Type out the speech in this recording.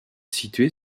situé